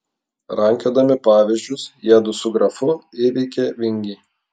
rankiodami pavyzdžius jiedu su grafu įveikė vingį